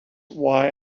why